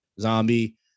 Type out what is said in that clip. zombie